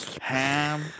ham